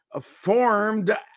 formed